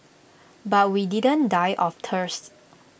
but we didn't die of thirst